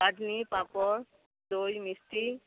চাটনি পাপড় দই মিষ্টি